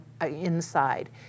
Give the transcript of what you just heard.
inside